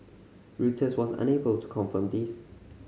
Reuters was unable to confirm this